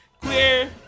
Clear